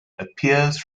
appears